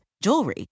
jewelry